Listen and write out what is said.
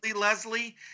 Leslie